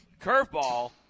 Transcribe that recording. curveball